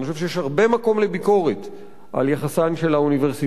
אני חושב שיש הרבה מקום לביקורת על יחסן של האוניברסיטאות